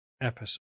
episode